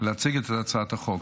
להציג את הצעת החוק,